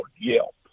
yelp